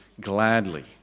gladly